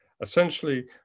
Essentially